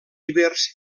ibers